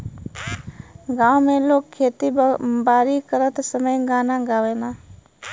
गांव में लोग खेती बारी करत समय गाना गावेलन